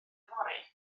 yfory